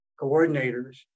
coordinators